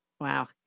Wow